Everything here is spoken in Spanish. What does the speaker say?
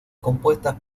compuestas